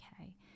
okay